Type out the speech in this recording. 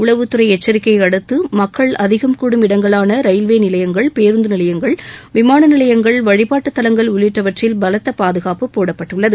உளவுத்துறை எச்சரிக்கையை அடுத்து மக்கள் அதிகம் கூடும் இடங்களான ரயில்வே நிலையங்கள் பேருந்து நிலையங்கள் விமான நிலையங்கள் வழிபாட்டு தளங்கள் உள்ளிட்டவற்றில் பலத்த பாதுகாப்புப் போடப்பட்டுள்ளது